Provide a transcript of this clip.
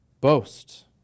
boast